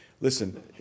Listen